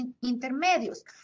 intermedios